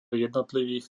jednotlivých